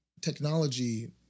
technology